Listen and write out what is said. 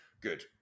good